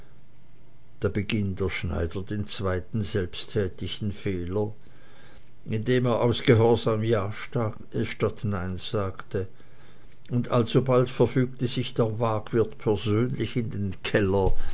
da beging der schneider den zweiten selbsttätigen fehler indem er aus gehorsam ja statt nein sagte und alsobald verfügte sich der waagwirt persönlich in den keller